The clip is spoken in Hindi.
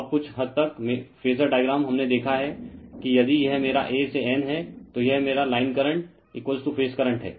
अब कुछ हद तक फेजर डायग्राम हमने देखा है कि यदि यह मेरा A से N है तो यह मेरा लाइन करंट फेज करंट है